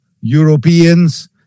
Europeans